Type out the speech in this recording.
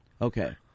Okay